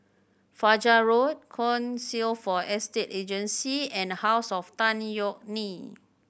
Fajar Road Council for Estate Agencies and House of Tan Yeok Nee